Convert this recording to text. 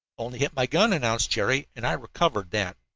only hit my gun, announced jerry, and i recovered that.